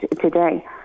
today